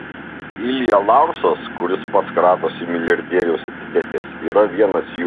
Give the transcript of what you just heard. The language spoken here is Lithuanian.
ilja laursas kuris pats kratosi milijardieriaus etiketės yra vienas jų